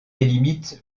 délimite